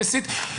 מסית.